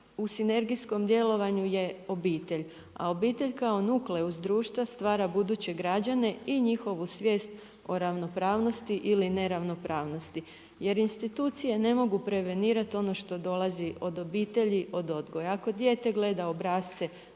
u sinergijskom djelovanju je obitelj. A obitelj kao nukleus društva stvara buduće građane i njihovu svijest o ravnopravnosti ili neravnopravnosti. Jer institucije ne mogu prevenirati ono što dolazi od obitelji, od odgoja. Ako dijete gleda obrasce